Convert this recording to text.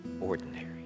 ordinary